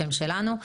שהם שלנו.